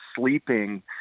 sleeping